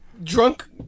Drunk